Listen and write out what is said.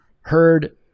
heard